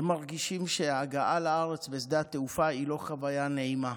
והם מרגישים שההגעה לארץ בשדה התעופה היא לא חוויה נעימה.